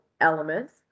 elements